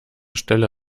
stelle